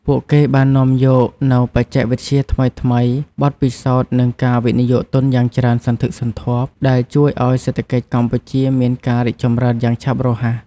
ពួកគេបាននាំយកមកនូវបច្ចេកវិទ្យាថ្មីៗ បទពិសោធន៍និងការវិនិយោគទុនយ៉ាងច្រើនសន្ធឹកសន្ធាប់ដែលជួយឱ្យសេដ្ឋកិច្ចកម្ពុជាមានការរីកចម្រើនយ៉ាងឆាប់រហ័ស។